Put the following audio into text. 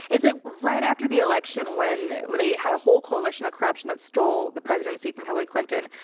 it's ah, right after the election when, when they had a whole coalition of corruption that stole the presidency from hillary clinton,